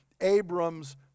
Abram's